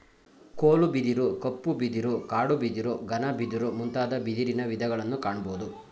ಕೋಲು ಬಿದಿರು, ಕಪ್ಪು ಬಿದಿರು, ಕಾಡು ಬಿದಿರು, ಘನ ಬಿದಿರು ಮುಂತಾದ ಬಿದಿರಿನ ವಿಧಗಳನ್ನು ಕಾಣಬೋದು